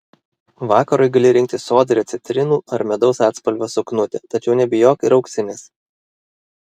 vakarui gali rinktis sodrią citrinų ar medaus atspalvio suknutę tačiau nebijok ir auksinės